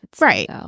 right